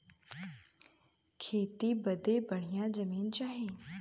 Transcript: खेती बदे बढ़िया जमीन चाही